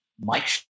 Mike